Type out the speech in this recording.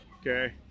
Okay